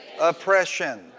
oppression